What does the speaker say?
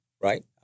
right